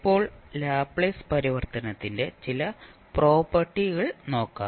ഇപ്പോൾ ലാപ്ലേസ് പരിവർത്തനത്തിന്റെ ചില പ്രോപ്പർട്ടികൾ നോക്കാം